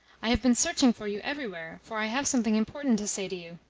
i have been searching for you everywhere, for i have something important to say to you.